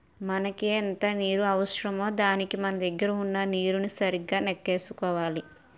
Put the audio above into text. మనకెంత నీరు అవసరమో దానికి మన దగ్గర వున్న నీరుని సరిగా నెక్కేసుకోవాలి